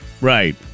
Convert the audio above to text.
Right